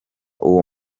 uwo